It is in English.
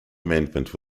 amendment